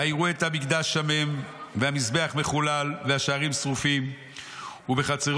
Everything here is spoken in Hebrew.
ויראו את המקדש שומם והמזבח מחולל והשערים שרופים ובחצרות